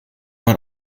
man